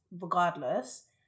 regardless